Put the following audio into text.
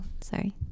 sorry